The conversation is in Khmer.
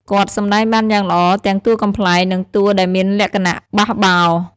គាត់សម្ដែងបានយ៉ាងល្អទាំងតួកំប្លែងនិងតួដែលមានលក្ខណៈបះបោរ។